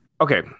Okay